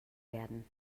werden